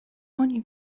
oni